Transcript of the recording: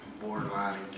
borderline